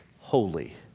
holy